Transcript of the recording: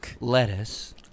Lettuce